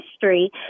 history